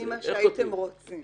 אם מה שהייתם רוצים